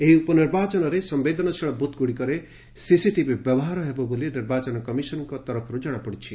ଏହି ଉପନିର୍ବାଚନରେ ସମ୍ଭେଦନଶୀଳ ବୁଥ ଗୁଡ଼ିକରେ ସିସିଟିଭି ବ୍ୟବହାର ହେବ ବୋଲି ନିର୍ବାଚନ କମିଶନରଙ୍କ ତରଫରୁ ଜଣାପଡ଼ିଛି